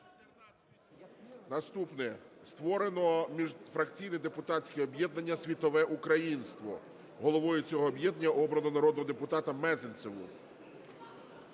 Наступне. Створено міжфракційне депутатське об'єднання "Світове українство". Головою цього об'єднання обрано народного депутата Мезенцеву.